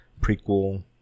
prequel